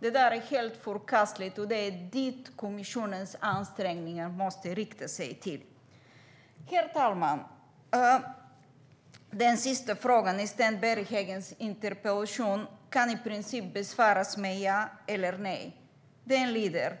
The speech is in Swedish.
Det är helt förkastligt, och det är dit som kommissionens ansträngningar måste riktas. Herr talman! Den avslutande frågan i Sten Berghedens interpellation kan i princip besvaras med ja eller nej. Den lyder: